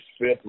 fifth